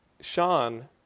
Sean